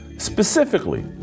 Specifically